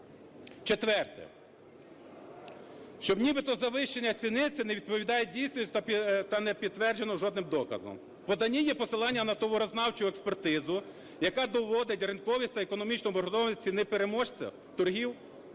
Четверте. Що нібито завищення ціни – це не відповідає дійсності та не підтверджено жодним доказом. В поданні є посилання на товарознавчу експертизу, яка доводить ринковість та економічну обґрунтованість ціни переможця торгів.